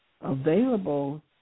available